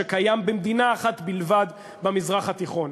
שקיים במדינה אחת במזרח התיכון,